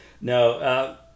no